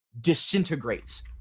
disintegrates